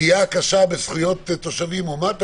פגיעה קשה בזכויות תושבים או משהו כזה,